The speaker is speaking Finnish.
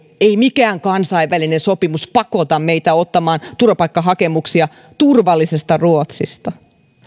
ei mikään kansainvälinen sopimus pakota meitä ottamaan turvapaikkahakemuksia turvallisesta ruotsista